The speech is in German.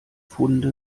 funde